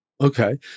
Okay